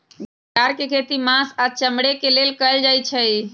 घरिआर के खेती मास आऽ चमड़े के लेल कएल जाइ छइ